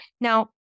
Now